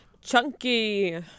Chunky